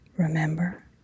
Remember